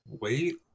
wait